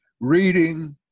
reading